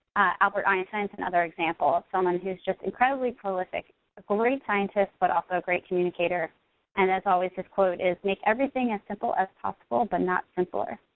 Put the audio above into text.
albert einstein is another example of someone who's just incredibly prolific a great scientist but also a great communicator and as always, his quote is make everything as simple as possible but not simpler.